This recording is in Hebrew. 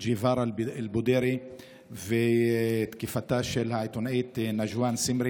העיתונאיות ג'יפארא בודרי ותקיפתה של העיתונאית נג'ואן סמרי